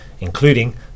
including